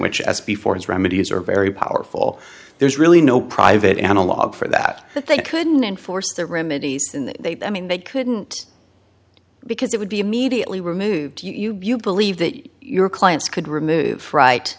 which as before his remedies are very powerful there's really no private analog for that but they couldn't enforce that remedies in that they mean they couldn't because it would be immediately removed you believe that your clients could remove right